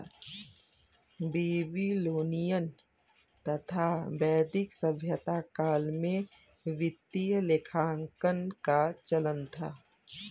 Babylonian तथा वैदिक सभ्यता काल में वित्तीय लेखांकन का चलन था